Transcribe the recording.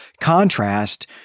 contrast